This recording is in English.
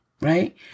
Right